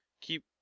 Keep